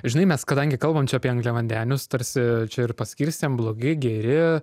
žinai mes kadangi kalbam čia apie angliavandenius tarsi čia ir paskirstėm blogi geri